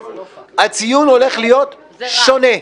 הציון הולך להיות שונה.